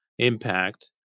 Impact